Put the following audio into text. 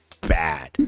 bad